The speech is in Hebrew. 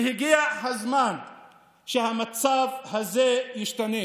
הגיע הזמן שהמצב הזה ישתנה.